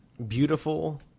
Beautiful